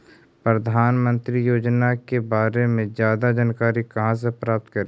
प्रधानमंत्री योजना के बारे में जादा जानकारी कहा से प्राप्त करे?